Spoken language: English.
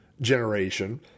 generation